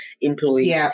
employees